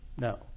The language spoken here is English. No